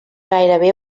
gairebé